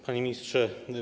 Panie Ministrze!